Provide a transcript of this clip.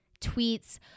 tweets